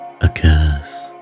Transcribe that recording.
occurs